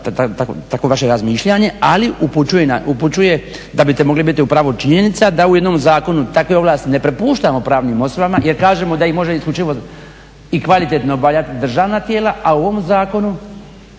takvo vaše razmišljanje, ali upućuje da bi te mogli biti u pravu činjenica da u jednom zakonu takve ovlasti ne prepuštamo pravnim osobama jer kažemo da ih može isključivo i kvalitetno obavljati državna tijela, a u ovom zakonu